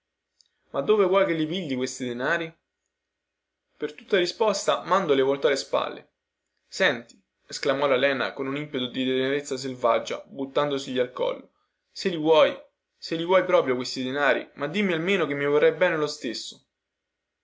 ma dove vuoi che li pigli questi denari per tutta risposta mando le voltò le spalle senti esclamò la lena con un impeto di tenerezza selvaggia buttandoglisi al collo se li vuoi se li vuoi proprio questi denari ma dimmi almeno che mi vorrai bene lo stesso